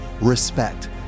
respect